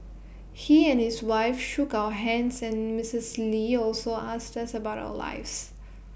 he and his wife shook our hands and misses lee also asked us about our lives